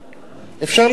אפשר לפרסם.